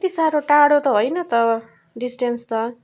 त्यति साह्रो टाढो त होइन त डिस्टेन्स त